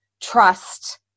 trust